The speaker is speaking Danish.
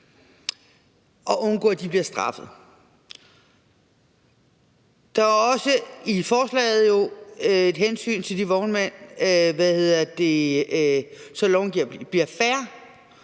og undgå, at de bliver straffet. Der er jo i forslaget også et hensyn til de vognmænd, så loven bliver fair.